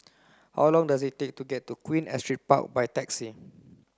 how long does it take to get to Queen Astrid Park by taxi